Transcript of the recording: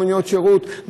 לא מוניות שירות,